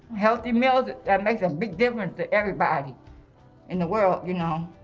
healthy meals, that makes a big difference to everybody in the world, you know,